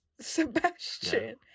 Sebastian